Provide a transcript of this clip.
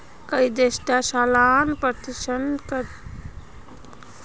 कई देशत सालाना प्रतिशत दरेर नियम बिल्कुल उलट भी हवा सक छे